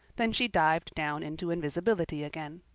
then she dived down into invisibility again.